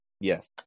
Yes